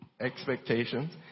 expectations